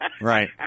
right